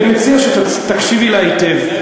אני מציע שתקשיבי לה היטב,